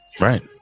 Right